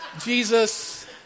Jesus